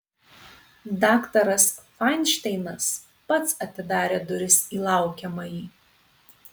daktaras fainšteinas pats atidarė duris į laukiamąjį